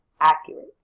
accurate